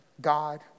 God